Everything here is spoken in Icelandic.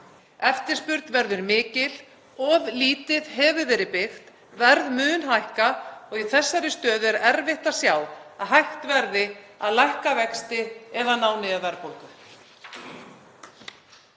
Eftirspurn verður mikil, of lítið hefur verið byggt, verð mun hækka og í þessari stöðu er erfitt að sjá að hægt verði að lækka vexti eða ná niður verðbólgu.